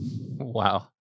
wow